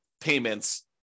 payments